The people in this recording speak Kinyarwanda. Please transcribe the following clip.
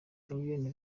elion